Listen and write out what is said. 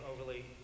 overly